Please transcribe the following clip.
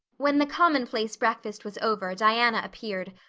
when the commonplace breakfast was over diana appeared,